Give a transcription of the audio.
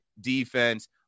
defense